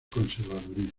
conservadurismo